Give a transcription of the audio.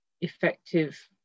effective